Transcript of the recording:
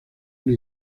una